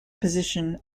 position